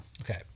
Okay